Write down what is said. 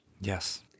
Yes